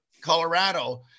Colorado